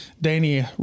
Danny